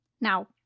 Now